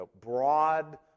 broad